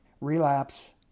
Relapse